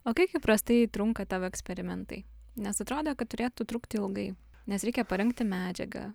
o kiek įprastai trunka tavo eksperimentai nes atrodė kad turėtų trukti ilgai nes reikia parengti medžiagą